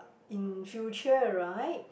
in future right